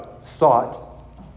sought